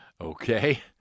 Okay